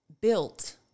built